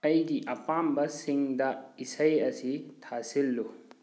ꯑꯩꯒꯤ ꯑꯄꯥꯝꯕꯁꯤꯡꯗ ꯏꯁꯩ ꯑꯁꯤ ꯊꯥꯁꯤꯜꯂꯨ